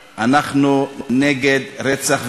לרשותך.